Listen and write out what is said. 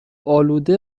آلوده